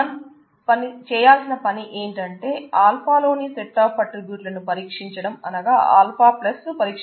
మనం చేయాల్సిన పని ఏంటంటే α లోని సెట్ ఆఫ్ ఆట్రిబ్యూట్లను పరీక్షించడం అనగా α ను పరీక్షించడం